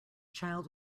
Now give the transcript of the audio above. child